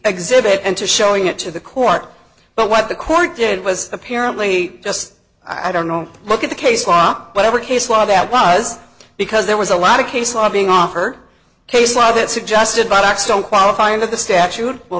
exhibit and to showing it to the court but what the court did was apparently just i don't know look at the case law whatever case law that was because there was a lot of case law being offered case law that suggested by blackstone qualify under the statute well